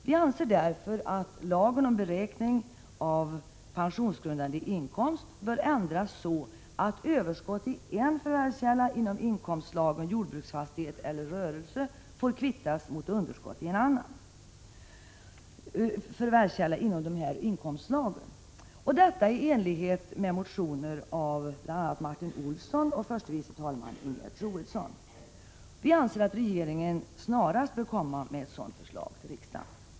Vi anser därför att lagen om beräkning av pensionsgrundande inkomst bör ändras, så att överskott i en förvärvskälla inom inkomstslagen jordbruksfastighet eller rörelse får kvittas mot underskott i en annan förvärvskälla inom dessa inkomstslag — i enlighet med motioner av Martin Olsson och förste vice talmannen Ingegerd Troedsson. Vi anser att regeringen snarast bör lägga fram ett sådant förslag till riksdagen.